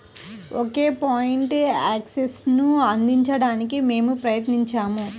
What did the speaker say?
ఒకే point యాక్సెస్ను అందించడానికి మేము ప్రయత్నించాము